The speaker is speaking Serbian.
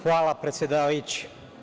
Hvala, predsedavajući.